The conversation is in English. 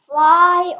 Fly